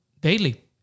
daily